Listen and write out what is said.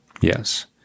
Yes